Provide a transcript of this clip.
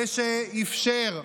זה שאפשר,